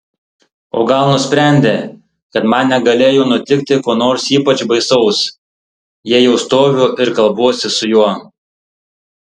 o gal nusprendė kad man negalėjo nutikti ko nors ypač baisaus jei jau stoviu ir kalbuosi su juo